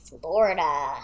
Florida